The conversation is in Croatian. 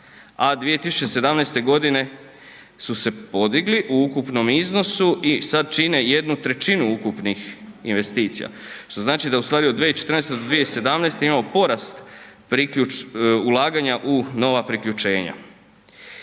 a 2017. godine su se podigli u ukupnom iznosu i sad čine jednu trećinu ukupnih investicija, što znači da ustvari od 2014. do 2017. imamo porast ulaganja u nova priključenja.